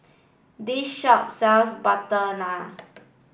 this shop sells butter naan